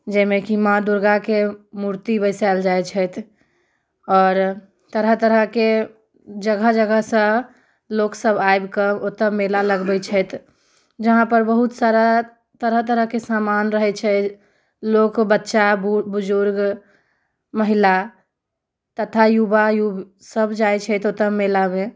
जेहिमे कि माँ दुर्गाके मूर्ति बैसाएल जाइत छथि आओर तरह तरहके जगह जगहसँ लोक सभ आबिके ओतऽ मेला लगबैत छथि जहाँ पर बहुत सारा तरह तरहके सामान रहैत छै लोक बच्चा बूढ़ बुजुर्ग महिला तथा युवा युव सभ जाइत छथि ओतऽ मेलामे